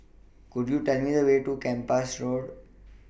Could YOU Tell Me The Way to Kempas Road